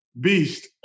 beast